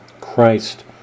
Christ